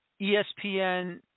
ESPN